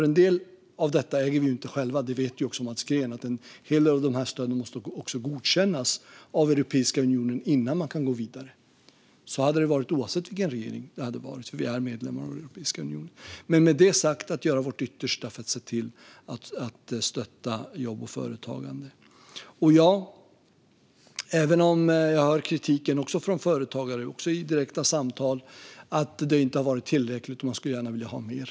En del av detta äger vi inte själva, och det vet Mats Green också. En hel del av dessa stöd måste godkännas av Europeiska unionen innan man kan gå vidare, och så hade det varit oavsett regering eftersom Sverige är medlem av Europeiska unionen. Med det sagt ska vi göra vårt yttersta för att se till att stötta jobb och företagande. Jag hör också kritiken från företagare, även i direkta samtal, om att det inte har varit tillräckligt och att man gärna skulle vilja ha mer.